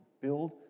build